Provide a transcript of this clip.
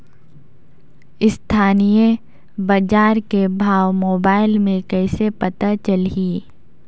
स्थानीय बजार के भाव मोबाइल मे कइसे पता चलही?